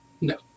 no